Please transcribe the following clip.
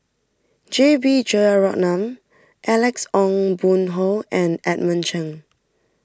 J B Jeyaretnam Alex Ong Boon Hau and Edmund Cheng